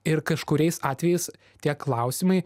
ir kažkuriais atvejais tie klausimai